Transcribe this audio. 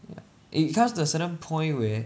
ya and it comes to a certain point where